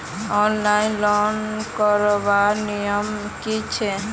Online loan करवार नियम की छे?